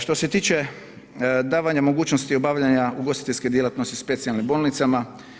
Što se tiče davanja mogućnosti obavljanja ugostiteljske djelatnosti specijalnim bolnicama.